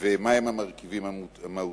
ומה הם המרכיבים המהותיים.